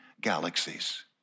galaxies